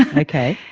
and okay.